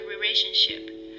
relationship